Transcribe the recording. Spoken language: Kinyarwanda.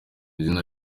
izina